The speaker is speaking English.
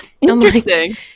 Interesting